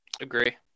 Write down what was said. Agree